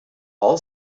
all